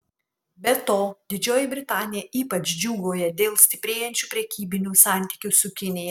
be to didžioji britanija ypač džiūgauja dėl stiprėjančių prekybinių santykių su kinija